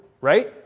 right